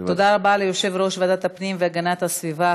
תודה רבה ליושב-ראש ועדת הפנים והגנת הסביבה,